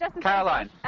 Caroline